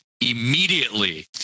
immediately